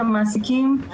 במעסיקים,